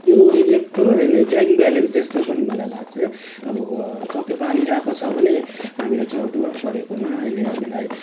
यो एक प्रकार हेर्ने ब्याङ्क ब्यालेन्स जस्तो पनि मलाई लाग्छ अब ठक्कै पालिरहेको छ भने हामीलाई जरुरत परेकोमा अहिले हामीलाई